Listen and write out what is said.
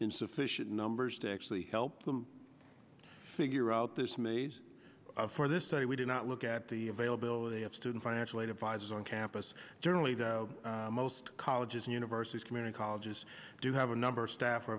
in sufficient numbers to actually help them figure out this maze for this study we did not look at the availability of student financial aid advisors on campus generally the most colleges and universities community colleges do have a number of staff are